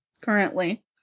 currently